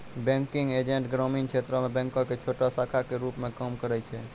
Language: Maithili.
बैंकिंग एजेंट ग्रामीण क्षेत्रो मे बैंको के छोटो शाखा के रुप मे काम करै छै